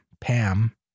Pam